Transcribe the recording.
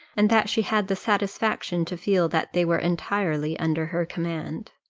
and that she had the satisfaction to feel that they were entirely under her command.